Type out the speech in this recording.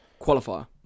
qualifier